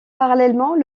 parallèlement